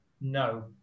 No